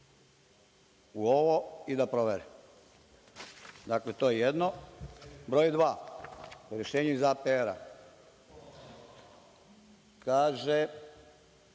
u ovo i da provere. Dakle, to je jedno. Broj dva, rešenje iz APR-a kaže